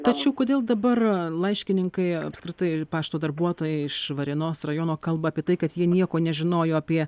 tačiau kodėl dabar laiškininkai apskritai pašto darbuotojai iš varėnos rajono kalba apie tai kad jie nieko nežinojo apie